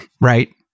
right